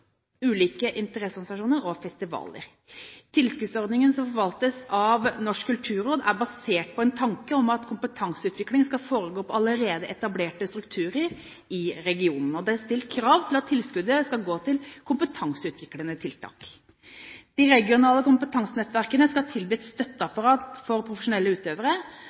ulike interesseorganisasjoner og festivaler. Tilskuddsordningen som forvaltes av Norsk kulturråd, er basert på en tanke om at kompetanseutvikling skal foregå ved allerede etablerte strukturer i regionene. Det er stilt krav til at tilskuddet skal gå til kompetanseutviklende tiltak. De regionale kompetansenettverkene skal tilby et støtteapparat for profesjonelle utøvere